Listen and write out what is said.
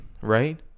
right